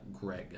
Greg